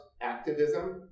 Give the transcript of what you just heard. activism